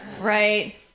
right